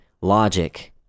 logic